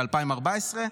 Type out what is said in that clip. ב-2014,